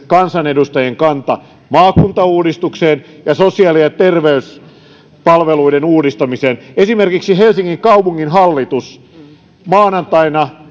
kansanedustajien kanta maakuntauudistukseen ja sosiaali ja terveyspalveluiden uudistamiseen esimerkiksi helsingin kaupunginhallitus maanantaina